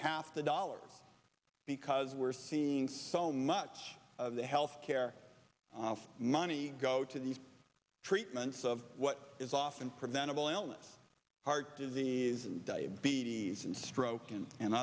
half the dollars because we're seeing so much of the health care money go to these treatments of what is often preventable illness heart disease and diabetes and stroke and and